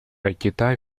китай